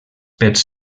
pels